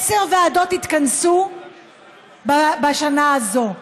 עשר ועדות התכנסו בשנה הזו,